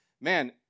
man